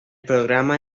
programa